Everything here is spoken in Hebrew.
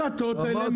אני